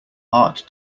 heart